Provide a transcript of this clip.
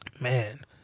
Man